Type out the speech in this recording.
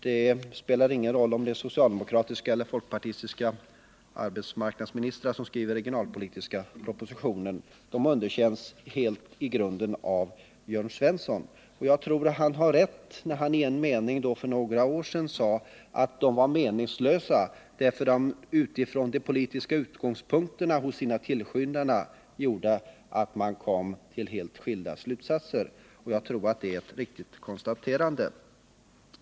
Det spelar ingen roll om det är socialdemokratiska eller folkpartistiska arbetsmarknadsministrar som skriver regionalpolitiska propositioner — de underkänns ändå helt i grunden av Jörn Svensson. Jag tror han har rätt när han i en mening i debatten 1976 sade att de var meningslösa därför att de mot bakgrund av de politiska utgångspunkterna hos sina tillskyndare gjorde att man kom till helt skilda slutsatser. Jag tror att det är ett riktigt konstaterande.